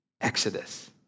Exodus